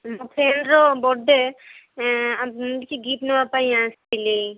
ମୋ ଫ୍ରେଣ୍ଡ୍ ର ବର୍ଥଡ଼େ ଆମେ କିଛି ଗିପ୍ଟ ନେବା ପାଇଁ ଆସିଥିଲି